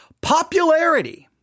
popularity